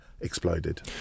exploded